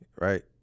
Right